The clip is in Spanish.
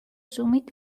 summit